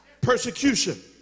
Persecution